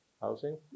housing